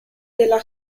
della